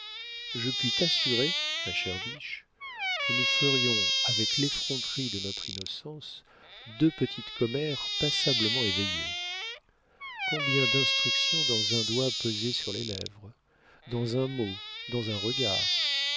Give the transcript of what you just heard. je puis t'assurer ma chère biche que nous ferions avec l'effronterie de notre innocence deux petites commères passablement éveillées combien d'instructions dans un doigt posé sur les lèvres dans un mot dans un regard